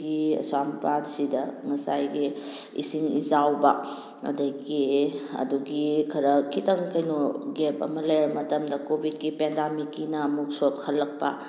ꯑꯁ꯭ꯋꯥꯏ ꯃꯄꯥꯁꯤꯗ ꯉꯁꯥꯏꯒꯤ ꯏꯁꯤꯡ ꯏꯆꯥꯎꯕ ꯑꯗꯒꯤ ꯑꯗꯨꯒꯤ ꯈꯔ ꯈꯤꯇꯪ ꯀꯩꯅꯣ ꯒꯦꯞ ꯑꯃ ꯂꯩꯔꯕ ꯃꯇꯝꯗ ꯀꯣꯚꯤꯗꯀꯤ ꯄꯦꯟꯗꯥꯃꯤꯛꯀꯤꯅ ꯑꯃꯨꯛ ꯁꯣꯛꯍꯜꯂꯛꯄ